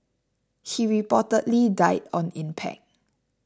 he reportedly died on impact